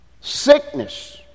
Sickness